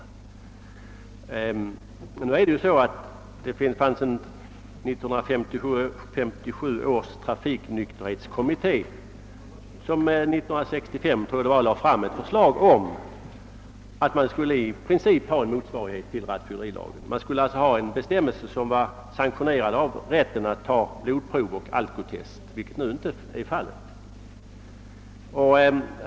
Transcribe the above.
År 1965 — om jag minns rätt — lade 1957 års trafiknykterhetskommitté fram ett förslag om att vi för flyget i princip skulle ha en motsvarighet till rattfyllerilagen. Det skulle alltså finnas bestämmelser som sanktionerade rätten att ta blodprov och alkotest, vilket nu inte är fallet.